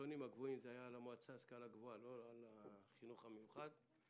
הטונים הגבוהים היו למועצה להשכלה גבוהה ולא לחינוך המיוחד,